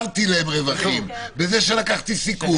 אני יצרתי להם רווחים בזה שלקחתי סיכון.